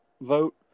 vote